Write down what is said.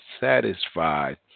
satisfied